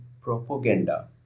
propaganda